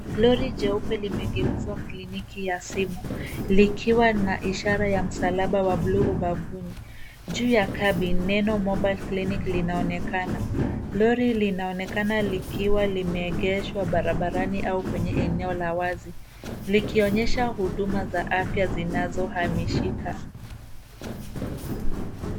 Lori jeupe limegeuzwa kliniki ya simu, likiwa na ishara ya msalaba wa bluu ubavuni. Juu ya cabin , neno Mobile Clinic linaonekana. Lori linaonekana likiwa limeegeshwa barabarani au kwenye eneo la wazi, likionyesha huduma za afya zinazohamishika.